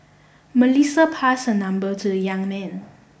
Melissa passed her number to the young man